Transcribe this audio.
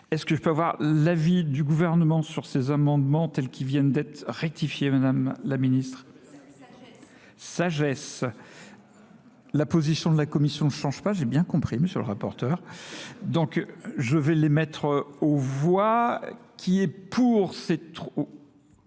Est-ce que je peux avoir l'avis du gouvernement sur ces amendements tels qu'ils viennent d'être rectifiés, Mme la Ministre ?— Sagesse. — Sagesse. La position de la Commission ne change pas, j'ai bien compris, M. le rapporteur. Donc je vais les mettre au voie qui est pour ces trois...